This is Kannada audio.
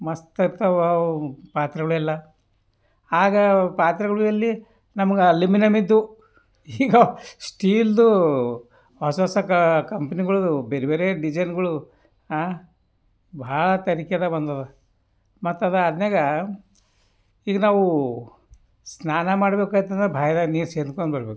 ಮಸ್ತ್ ಇರ್ತಾವೆ ಅವು ಪಾತ್ರೆಗಳೆಲ್ಲ ಆಗ ಪಾತ್ರೆಗಳು ಎಲ್ಲಿ ನಮಗೆ ಅಲ್ಯೂಮಿನಿಯಮಿದ್ದು ಈಗ ಸ್ಟೀಲ್ದು ಹೊಸ ಹೊಸ ಕಂಪ್ನಿಗಳು ಬೇರೆ ಬೇರೆ ಡಿಸೈನ್ಗಳು ಭಾಳ ತರಿಕೆರ ಬಂದದ ಮತ್ತದು ಅದ್ನ್ಯಾಗ ಈಗ ನಾವು ಸ್ನಾನ ಮಾಡ್ಬೇಕಾಯ್ತಂದ್ರ ಬಾವ್ಯಾಗ ನೀರು ಸೇದ್ಕೊಂಬರ್ಬೇಕು